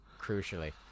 Crucially